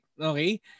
Okay